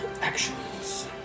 Actions